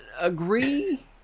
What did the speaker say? agree